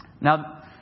Now